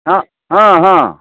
हँ हँ हँ